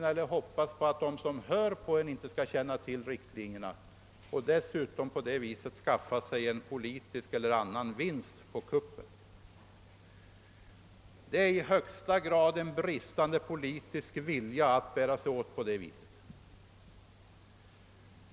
Ni skall inte hoppas på att de som lyssnar på er inte känner till riktlinjerna och att ni skall kunna skaffa er en vinst av politiskt eller annat slag på kuppen. Det är i högsta grad utslag av en bristande politisk vilja att bära sig åt på det viset.